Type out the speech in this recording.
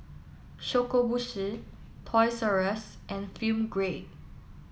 Shokubutsu Toys R Us and Film Grade